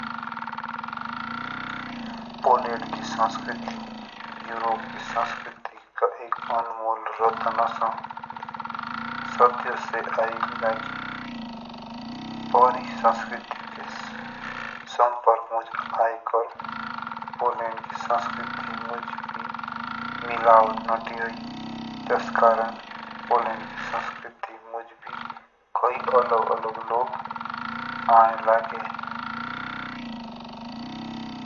पोलैंड की संस्कृति यूरोप की संस्कृति का एक अनमोल रतन ओसो सदियों से आए लागी भारी संस्कृति के संपर्क मुझ आयकर। पोलैंड की संस्कृति मुझमें भी मिलावट नहीं हुई। जिस कारण पोलैंड की संस्कृति मुझ भी के अल्ग अलग लोग आने लगडे।